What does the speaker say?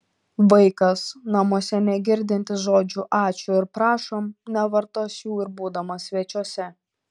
vaikas namuose negirdintis žodžių ačiū ir prašom nevartos jų ir būdamas svečiuose